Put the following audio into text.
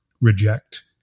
reject